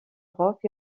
europe